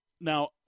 now